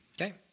Okay